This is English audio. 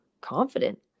confident